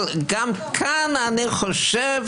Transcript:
אבל גם כאן אני חושב